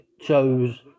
chose